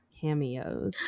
cameos